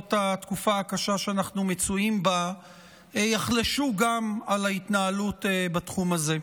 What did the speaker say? בעקבות התקופה הקשה שאנחנו מצויים בה יחלשו גם על ההתנהלות בתחום הזה.